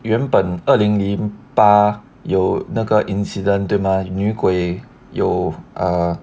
原本二零零八有那个 incident 对吗女鬼有 ah